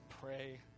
pray